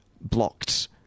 blocked